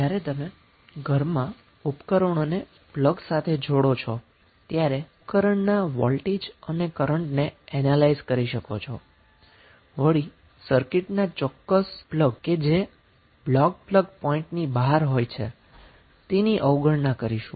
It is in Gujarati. જ્યારે તમે ઘરમાં ઉપકરણોને પ્લગ સાથે જોડો છો ત્યારે ઉપકરણના વોલ્ટજ અને કરન્ટ ને એનેલાઈઝ કરી શકો છો વળી સર્કિટની ના ચોક્કસ પ્લગ કે જે બ્લોક પ્લગ પોઇન્ટની બહાર હોય છે તેની અવગણના કરીશું